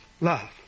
love